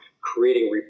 creating